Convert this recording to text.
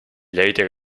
later